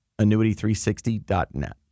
annuity360.net